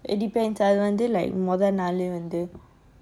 it depends I wonder like மொதநாளுவந்து:motha nalu vandhu